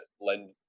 lend